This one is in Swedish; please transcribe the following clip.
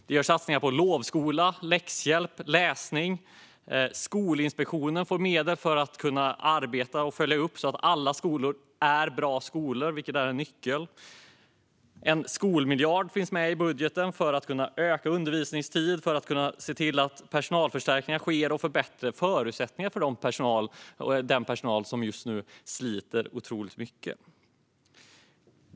Det görs satsningar på lovskola, läxhjälp och läsning. Skolinspektionen får medel för att kunna arbeta med och följa upp att alla skolor är bra skolor, vilket är en nyckel. En skolmiljard finns med i budgeten för att öka undervisningstiden och se till att personalförstärkningar sker samt för att förbättra förutsättningarna för den personal som just nu sliter otroligt mycket.